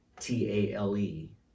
T-A-L-E